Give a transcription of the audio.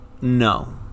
no